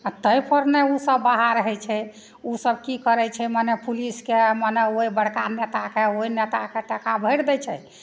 आ ताहि पर नहि ओसब बाहर होइ छै ओसब की करै छै मने पुलिसके मने ओहि बड़का नेताके ओहि नेताके टका भैरि दै छै